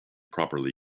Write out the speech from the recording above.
properly